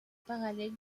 parallèle